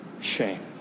shame